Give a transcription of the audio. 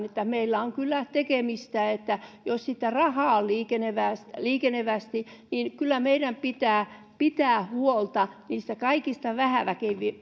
että meillä on kyllä tekemistä jos sitä rahaa on liikenevästi niin kyllä meidän pitää pitää huolta niistä kaikista